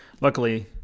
Luckily